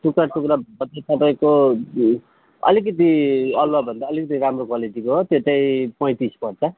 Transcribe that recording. टुक्रा टुक्रा पछि तपाईँको अलिकति अलुवा भन्दा अलिकति राम्रो क्वालिटी छ त्यो चाहिँ पैँतिस पर्छ